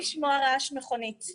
רעש למיטב הבנתי.